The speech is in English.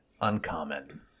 uncommon